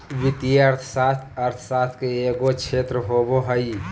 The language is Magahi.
वित्तीय अर्थशास्त्र अर्थशास्त्र के एगो क्षेत्र होबो हइ